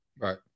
right